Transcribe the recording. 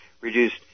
reduced